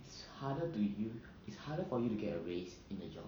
it's harder to you is harder for you to get raised in a job